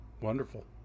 Wonderful